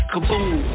Kaboom